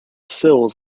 sills